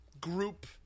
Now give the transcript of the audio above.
group